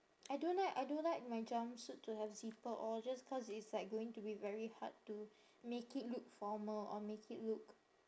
I don't like I don't like my jumpsuit to have zipper or just cause it's like going to be very hard to make it look formal or make it look